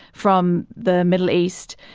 from the middle east.